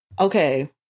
Okay